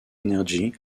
energy